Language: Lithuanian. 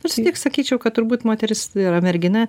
nors vis tiek sakyčiau kad turbūt moteris yra mergina